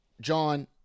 John